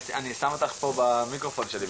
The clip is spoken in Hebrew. הם מרגישים מחסור בלימוד של הדבר הזה,